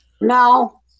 No